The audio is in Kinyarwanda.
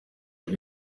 you